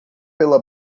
pela